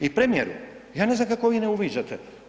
I premijeru, ja ne znam kako vi ne uviđate.